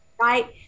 Right